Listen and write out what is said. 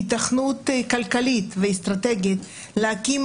היתכנות כלכלית ואסטרטגית להקים